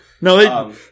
no